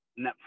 Netflix